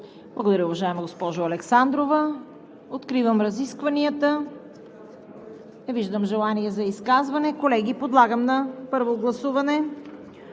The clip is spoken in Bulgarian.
Благодаря, госпожо Александрова. Откривам разискванията. Не виждам желаещи за изказване. Колеги, подлагам на първо гласуване